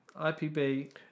IPB